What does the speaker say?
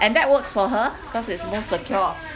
and that works for her because it's more secure